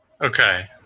Okay